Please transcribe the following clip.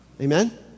Amen